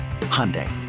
Hyundai